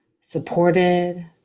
supported